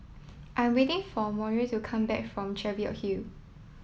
I'm waiting for Monroe to come back from Cheviot Hill